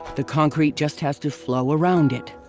the concrete just has to flow around it.